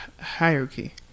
hierarchy